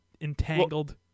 entangled